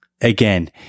again